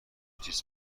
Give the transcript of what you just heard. تیز